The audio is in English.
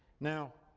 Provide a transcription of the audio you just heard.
now,